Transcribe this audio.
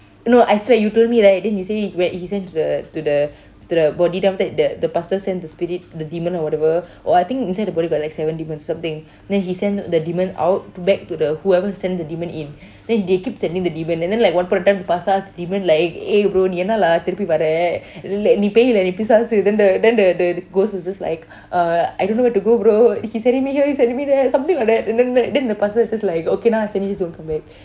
no I swear you told me right then you say he send to the to the to the body then after that the the pastor send the spirit the demon or whatever or I think inside the body got like seven demons or something then he send the demon out to back to the whoever send the demon in then they keep sending the demon and then at one point the pastor ask the demon like eh bro நீ என்னா:nee enna lah திருப்பி வர நீ பேய் இல்லை நீ பிசாசு:thirupi vara nee pey illai nee pichaachu then the then the the ghost was just like uh I don't know where to go bro he sending me here you sending me there something like that and then then the pastor was just like okay now I send you just don't come back